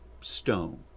stone